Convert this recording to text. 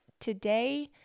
Today